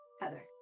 Heather